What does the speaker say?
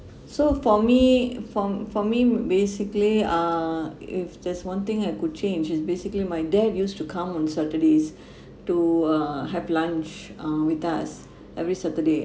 so for me for for me basically uh if there's one thing I could change is basically my dad used to come on saturdays to uh have lunch um with us every saturday